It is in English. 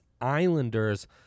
Islanders